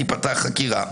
תיפתח חקירה.